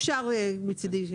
אפשר מצידי.